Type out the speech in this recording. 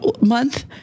month